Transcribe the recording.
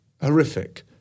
Horrific